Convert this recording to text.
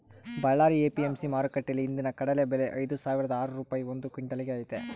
Ballari APMC ಮಾರುಕಟ್ಟೆಯಲ್ಲಿ ಇಂದಿನ ಕಡಲೆ ಬೆಲೆ ಐದುಸಾವಿರದ ಆರು ರೂಪಾಯಿ ಒಂದು ಕ್ವಿನ್ಟಲ್ ಗೆ ಐತೆ